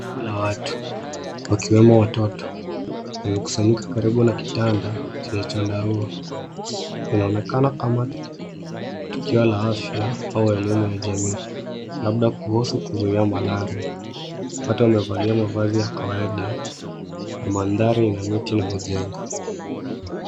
Kundi la watu wakiwemo watoto. Wamaekusanyika karibu na kitanda chenye chandarua .Inaonekana kama tukio la afya au elimu ya jamii labda kuhusu kuzuia malaria. Wafu wamevalia mavazi ya kawahida na mandhari ina miti na majengo.